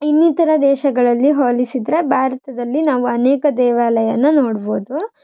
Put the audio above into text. ಇನ್ನಿತರ ದೇಶಗಳಲ್ಲಿ ಹೋಲಿಸಿದರೆ ಭಾರತದಲ್ಲಿ ನಾವು ಅನೇಕ ದೇವಾಲಯನ್ನು ನೋಡ್ಬೋದು